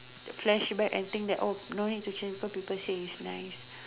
flashback and think that oh no need to change cause people say it's nice